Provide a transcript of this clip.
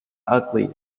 ugly